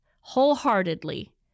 wholeheartedly